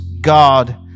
God